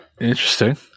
interesting